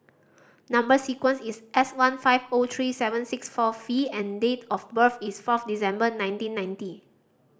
number sequence is S one five O three seven six four V and date of birth is fourth December nineteen ninety